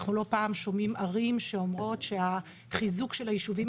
אנחנו לא פעם שומעים ערים שאומרות שהחיזוק של היישובים